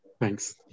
Thanks